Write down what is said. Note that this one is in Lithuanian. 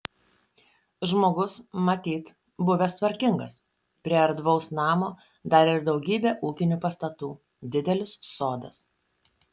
žmogus matyt buvęs tvarkingas prie erdvaus namo dar ir daugybė ūkinių pastatų didelis sodas